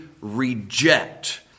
reject